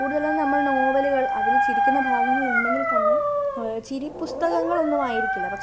കൂടുതലും നമ്മള് നോവലുകള് അതില് ചിരിക്കുന്ന ഭാഗങ്ങൾ ഉണ്ടെങ്കില് തന്നെ ചിരി പുസ്തകങ്ങളൊന്നും ആയിരിക്കില്ല പക്ഷേ